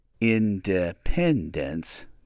independence